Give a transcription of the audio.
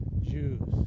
Jews